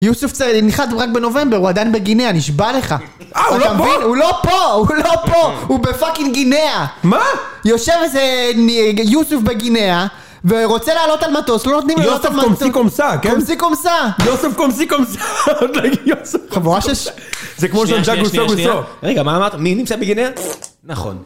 יוסוף ינחת רק בנובמבר, הוא עדיין בגינאה נשבע לך! אה, הוא לא פה? הוא לא פה! הוא בפאקינג גינאה! מה?! יושב איזה יוסוף בגינאה ורוצה לעלות על מטוס לא נותנים לו לעלות על מט.. יוסוף כומסי כומסה, כן? כומסי כומסה! יוסוף כומסי כומסה! חבורה של.. שניה שניה שניה שניה... רגע, מה אמרת מי נמצא בגינאה? נכון